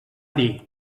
dir